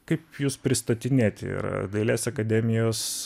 kaip jus pristatinėti ir dailės akademijos